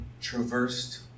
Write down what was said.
traversed